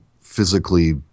physically